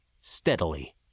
steadily